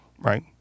right